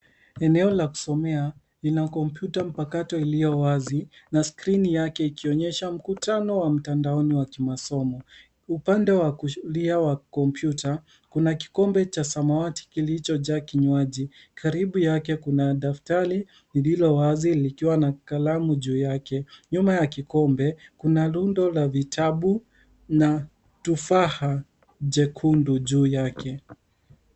Eneo la kusomea lina kompyuta mpakato iliyowazi na skrini yake ikionyesha mkutano wa mtandaoni wa kimasomo. Upande wa kulia wa kompyuta kuna kikombe cha samawati kilichojaa kinywaji. Karibu yake, kuna daftari lililowazi likiwa na kalamu juu yake. Nyuma ya kikombe, kuna rundo la vitabu na tofaha jekundu juu yake.